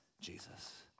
Jesus